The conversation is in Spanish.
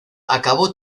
acabó